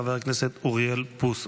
חבר הכנסת אוריאל בוסו.